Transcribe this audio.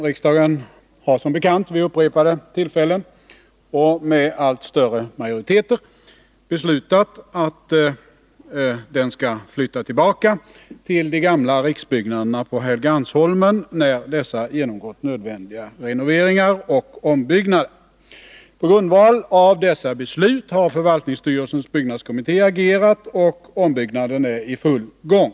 Riksdagen har som bekant vid upprepade tillfällen och med allt större majoriteter beslutat att den skall flytta tillbaka till de gamla riksbyggnaderna på Helgeandsholmen, när dessa genomgått nödvändiga renoveringar och ombyggnader. På grundval av detta beslut har förvaltningsstyrelsens byggnadskommitté agerat, och ombyggnaden är i full gång.